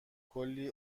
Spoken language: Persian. کلی